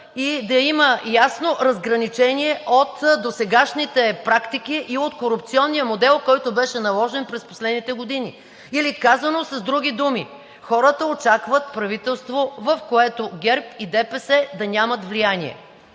и да има ясно разграничение от досегашните практики и от корупционния модел, който беше наложен през последните години. Или казано с други думи, хората очакват правителство, в което ГЕРБ и ДПС да нямат влияние.